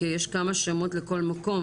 כי יש כמה שמות לכל מקום,